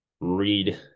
read